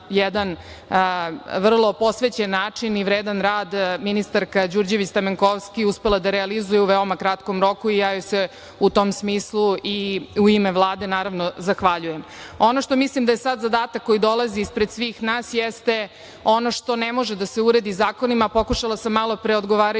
jedan vrlo posvećen način i vredan rad ministarka Đurđević Stamenkovski uspela da realizuje u veoma kratkom roku i ja joj se u tom smislu i ime Vlade naravno zahvaljujem. Ono što mislim da je sad zadatak koji dolazi ispred svih nas jeste ono što ne može da se uredi zakonima, pokušala sam malopre odgovarajući